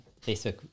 Facebook